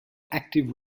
active